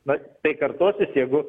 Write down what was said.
na tai kartosis jeigu